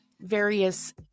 various